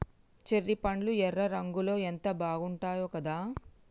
cherry పండ్లు ఎర్ర రంగులో ఎంత బాగుంటాయో కదా